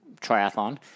triathlon